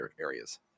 areas